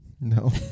No